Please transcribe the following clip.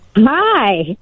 Hi